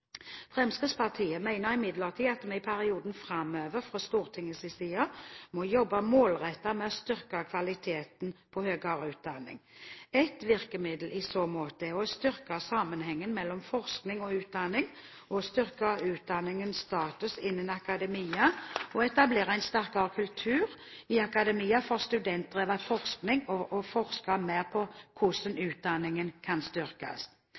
utdanning. Et virkemiddel i så måte er å styrke sammenhengen mellom forskning og utdanning, å styrke utdanningens status innen akademia, å etablere en sterkere kultur i akademia for studentdrevet forskning og å forske mer på hvordan utdanningen kan styrkes.